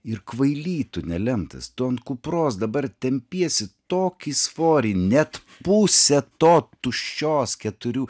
ir kvaily tu nelemtas tu ant kupros dabar tempiesi tokį svorį net pusę to tuščios keturių